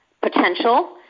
potential